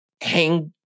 hang